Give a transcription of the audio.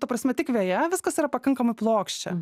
ta prasme tik veja viskas yra pakankamai plokščia